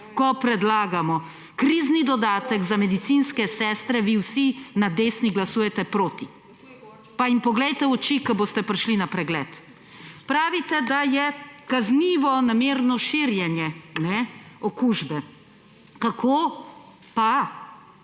Ko predlagamo krizni dodatek za medicinske sestre, vi vsi na desni glasujete proti.(oglašanje iz dvorane) Pa jim poglejte v oči, ko boste prišli na pregled! Pravite, da je kaznivo namerno širjenje okužbe. Kako pa